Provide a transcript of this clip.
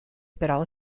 però